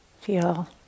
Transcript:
feel